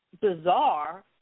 bizarre